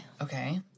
Okay